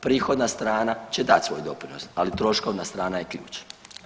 Prihodna strana će dati svoj doprinos, ali troškovna strana je kritična.